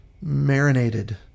marinated